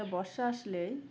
তা বর্ষা আসলেই